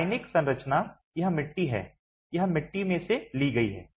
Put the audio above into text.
रासायनिक संरचना यह मिट्टी है यह मिट्टी से ली गई है